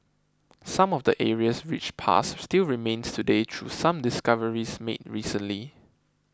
some of the area's rich past still remains today through some discoveries made recently